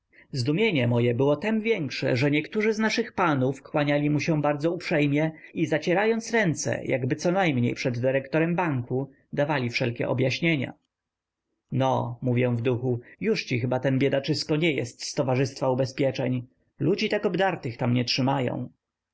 zdumienie moje było tem większe że niektórzy z naszych panów kłaniali mu się bardzo uprzejmie i zacierając ręce jakby conajmniej przed dyrektorem banku dawali wszelkie objaśnienia no mówię w duchu jużci chyba ten biedaczysko nie jest z towarzystwa ubezpieczeń ludzi tak obdartych tam nie trzymają